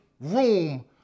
room